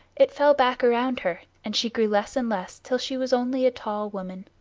it fell back around her, and she grew less and less till she was only a tall woman.